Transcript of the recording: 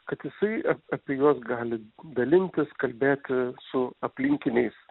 kad jisai a apie juos gali dalintis kalbėti su aplinkiniais